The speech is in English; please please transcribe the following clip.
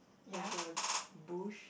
there's a bush